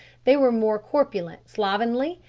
they were more corpulent, slovenly,